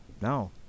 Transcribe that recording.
No